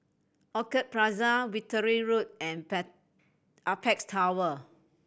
Orchid Plaza Wittering Road and Apex Tower